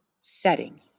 setting